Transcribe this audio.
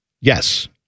Yes